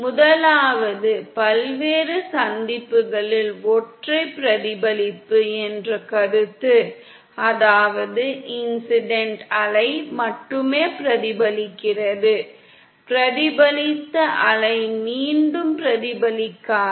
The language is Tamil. முதலாவது பல்வேறு சந்திப்புகளில் ஒற்றை பிரதிபலிப்பு என்ற கருத்து அதாவது இன்ஸிடண்ட் அலை மட்டுமே பிரதிபலிக்கிறது பிரதிபலித்த அலை மீண்டும் பிரதிபலிக்காது